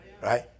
Right